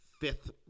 fifth